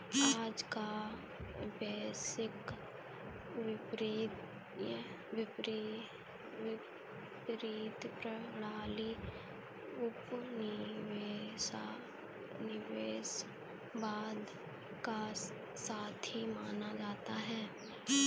आज का वैश्विक वित्तीय प्रणाली उपनिवेशवाद का साथी माना जाता है